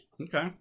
Okay